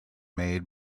made